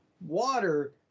water